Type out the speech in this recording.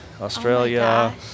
Australia